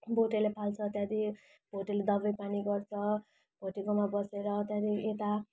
भोटेले पाल्छ त्यहाँदेखि भोटेले दबाई पानी गर्छ भोटेकोमा बसेर त्यहाँदेखि यता